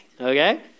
okay